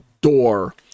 door